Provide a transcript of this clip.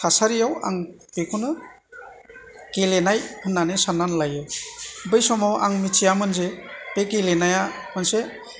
थासारियाव आं बेखौनो गेलेनाय होन्नानै साननानै लायो बै समाव आं मिथियामोन जे बे गेलेनाया मोनसे